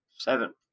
seven